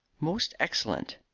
most excellent.